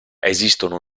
esistono